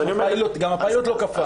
גם הפיילוט לא כפה.